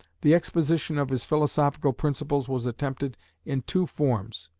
the exposition of his philosophical principles was attempted in two forms.